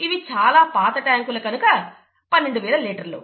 ఇవి చాలా పాత ట్యాంకులు కనుక 12 వేల లీటర్లు